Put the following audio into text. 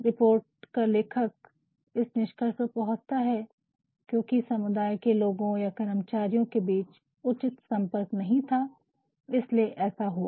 report का लेखक इस निष्कर्ष पर पहुँचता है कि क्योकि समुदाय के लोगो या कर्मचारियों के बीच उचित संपर्क नहीं था इसलिए ऐसा हुआ